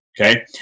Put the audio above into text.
Okay